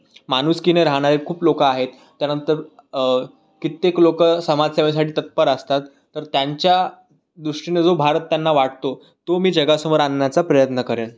माणुसकीने राहणारे खूप लोक आहेत त्यानंतर कित्येक लोक समाजसेवेसाठी तत्पर असतात तर त्यांच्या दृष्टीने जो भारत त्यांना वाटतो तो मी जगासमोर आणण्याचा प्रयत्न करेन